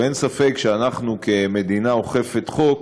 ואין ספק שאנחנו כמדינה אוכפת חוק,